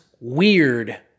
weird